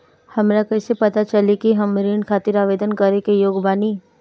हमरा कईसे पता चली कि हम ऋण खातिर आवेदन करे के योग्य बानी?